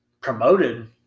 promoted